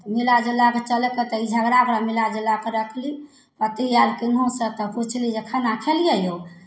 मिला जुला कऽ चलयके तऽ ई झगड़ा भेलै मिला जुला कऽ रखली पति आयल केनहुसँ तऽ पुछली जे खाना खेलियै यौ